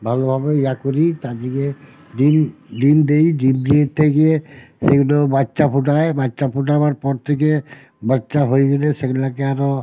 ভালোভাবে ইয়ে করি তাদেরকে ডিম ডিম দেই ডিম দিতে গিয়ে সেইটা বাচ্চা ফোটায় বাচ্চা ফোটাবার পর থেকে বাচ্চা হয়ে গেলে সেগুলোকে আরো